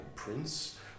Prince